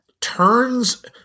Turns